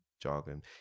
jargon